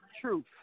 truth